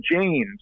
James